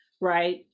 right